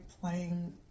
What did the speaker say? playing